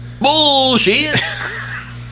Bullshit